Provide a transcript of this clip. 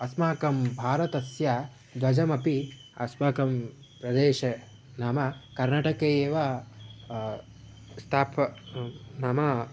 अस्माकं भारतस्य ध्वजमपि अस्माकं प्रदेशे नाम कर्नाटके एव स्थापय नाम